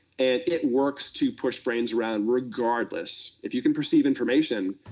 and it works to push brains around, regardless, if you can perceive information,